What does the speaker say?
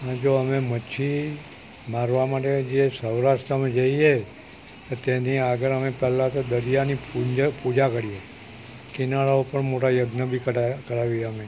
અને જો અમે મચ્છી મારવા માટે જે સૌરાષ્ટ્ર અમે જઈએ તો તેની આગળ અમે કલાક દરિયાની પૂજા કરીએ કિનારાઓ ઉપર મોટા યજ્ઞ બી કરાવીએ અમે